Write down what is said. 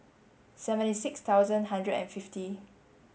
seventy six thousand hundred and fifty